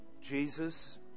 Jesus